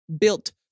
built